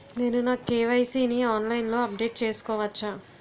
నేను నా కే.వై.సీ ని ఆన్లైన్ లో అప్డేట్ చేసుకోవచ్చా?